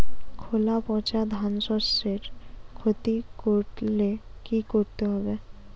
খোলা পচা ধানশস্যের ক্ষতি করলে কি করতে হবে?